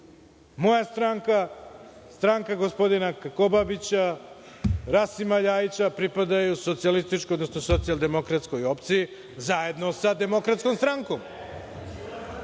Moja stranka, stranka gospodina Krkobabića, Rasima Ljajića pripadaju socijalističkoj, odnosno socijal-demokratskoj opciji, zajedno sa DS i naravno